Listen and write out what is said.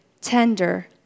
tender